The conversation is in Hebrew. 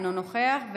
אינו נוכח.